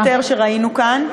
ביותר שראינו כאן.